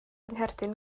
ngherdyn